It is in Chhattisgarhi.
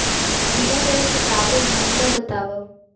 बीमा करे के लाभ अऊ हानि ला बतावव